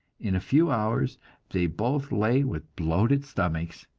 in a few hours they both lay with bloated stomachs,